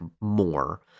more